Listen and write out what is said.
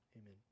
Amen